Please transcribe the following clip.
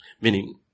Meaning